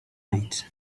night